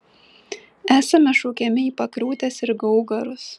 esame šaukiami į pakriūtes ir gaugarus